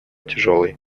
тяжелый